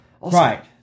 right